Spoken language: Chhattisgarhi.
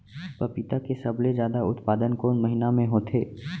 पपीता के सबले जादा उत्पादन कोन महीना में होथे?